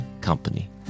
Company